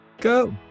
go